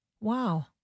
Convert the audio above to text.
wow